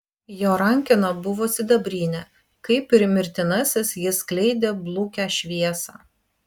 jo rankena buvo sidabrinė kaip ir mirtinasis jis skleidė blukią šviesą